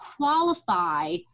qualify